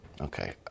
Okay